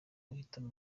uhitamo